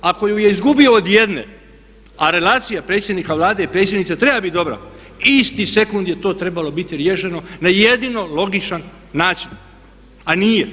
Ako ju je izgubio od jedne, a relacija predsjednika Vlade i predsjednice treba biti dobra isti sekunda je to trebalo biti riješeno na jedino logičan način, a nije.